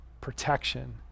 protection